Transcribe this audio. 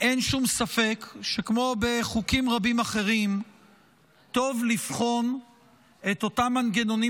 אין שום ספק שכמו בחוקים רבים אחרים טוב לבחון את אותם מנגנונים